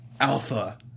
Alpha